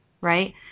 right